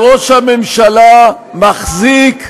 שראש הממשלה מחזיק,